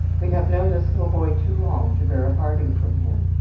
we have known this little boy too long to bear a parting from him.